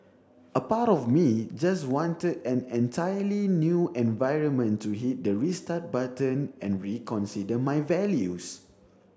a part of me just wanted an entirely new environment to hit the restart button and reconsider my values